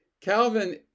Calvin